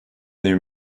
new